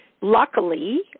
Luckily